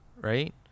right